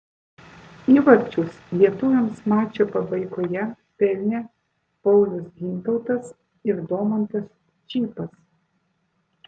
įvarčius lietuviams mačo pabaigoje pelnė paulius gintautas ir domantas čypas